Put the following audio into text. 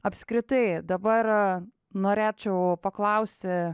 apskritai dabar norėčiau paklausti